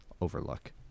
overlook